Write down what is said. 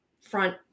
front